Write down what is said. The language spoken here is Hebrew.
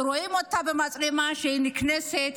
רואים אותה במצלמה שהיא נכנסת,